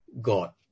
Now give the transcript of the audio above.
God